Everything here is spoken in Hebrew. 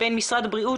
בין משרד הבריאות,